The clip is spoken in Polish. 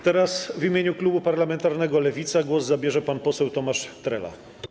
Teraz w imieniu klubu parlamentarnego Lewica głos zabierze pan poseł Tomasz Trela.